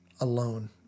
alone